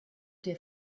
der